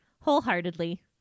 Wholeheartedly